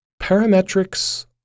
parametrics